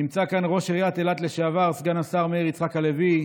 נמצא כאן ראש עיריית אילת לשעבר סגן השר מאיר יצחק הלוי,